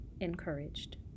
encouraged